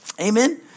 amen